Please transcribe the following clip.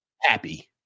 happy